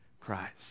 Christ